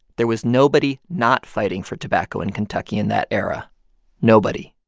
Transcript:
there was nobody not fighting for tobacco in kentucky in that era nobody.